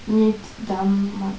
meet them all